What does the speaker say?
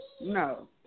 No